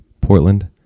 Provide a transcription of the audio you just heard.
Portland